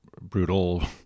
brutal